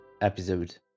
episode